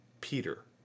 Peter